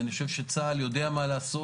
אני חושב שצה"ל יודע מה לעשות.